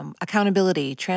accountability